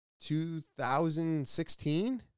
2016